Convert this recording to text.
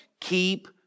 keep